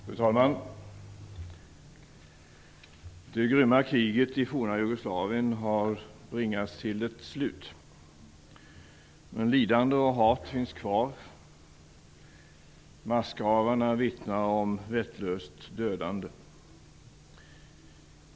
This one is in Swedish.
Fru talman! Det grymma kriget i forna Jugoslavien har bringats till ett slut. Men lidande och hat finns kvar. Massgravarna vittnar om vettlöst dödande.